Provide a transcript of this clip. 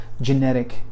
genetic